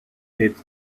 its